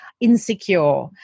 insecure